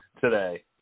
today